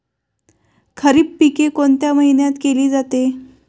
खरीप पिके कोणत्या महिन्यात केली जाते?